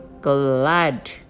glad